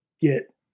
get